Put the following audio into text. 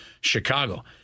Chicago